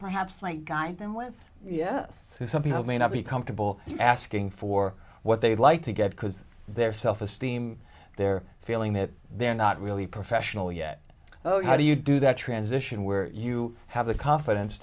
perhaps might guide them with yes some people may not be comfortable asking for what they'd like to get because their self esteem their feeling that they're not really professional yet oh how do you do that transition where you have the confidence